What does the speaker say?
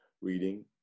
reading